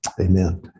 Amen